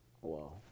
Wow